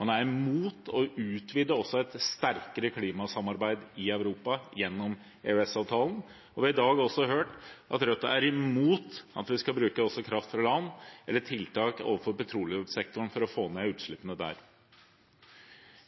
man er imot å utvide et sterkere klimasamarbeid i Europa gjennom EØS-avtalen, og vi har i dag også hørt at Rødt er imot at vi skal bruke kraft fra land eller tiltak overfor petroleumssektoren for å få ned utslippene der.